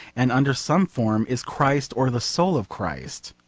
and under some form, is christ, or the soul of christ.